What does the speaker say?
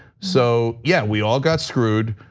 so, yeah, we all got screwed,